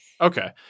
Okay